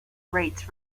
rates